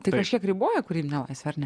tai kažkiek riboja kūrybinę laisvę ar ne